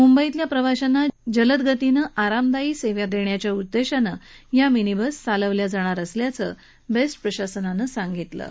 मुंबईतल्या प्रवाशांना जलदगतीनं आरामदायी सेवा देण्याच्या उद्देशानं या मिनी बस चालवल्या जाणार असल्याचं बेस्ट प्रशासनाचं म्हणणं आहे